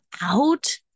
out